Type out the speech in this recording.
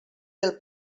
del